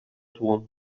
tłum